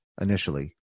initially